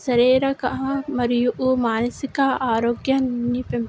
శరీరక మరియు ఓ మానసిక ఆరోగాన్ని పెం